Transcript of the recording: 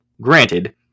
granted